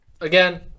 again